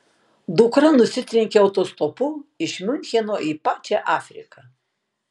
dukra nusitrenkė autostopu iš miuncheno į pačią afriką